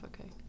okay